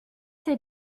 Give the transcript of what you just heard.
ses